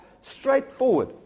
straightforward